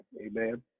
amen